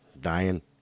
Dying